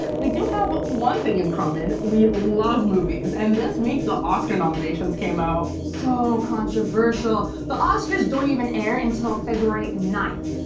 we do have but one thing in common. we love movies and this week the oscar nominations came out. so controversial. the oscars don't even air until february ninth.